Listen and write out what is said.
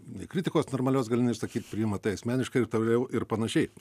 nei kritikos normalios gali neišsakyt priima tai asmeniškai ir toliau ir panašiai